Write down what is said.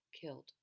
killed